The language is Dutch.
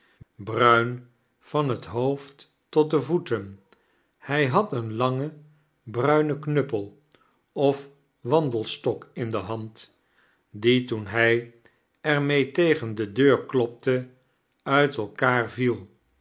bruin van het hoofd tot de voeten hij had een langen bruinen knuppel of wandelstok in die hand die toen hij er mee tegen de deur klopte uit elkaar viel